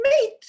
meat